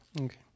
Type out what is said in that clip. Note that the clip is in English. Okay